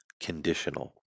conditional